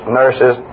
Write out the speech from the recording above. nurses